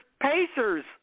Pacers